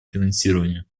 финансирования